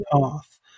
path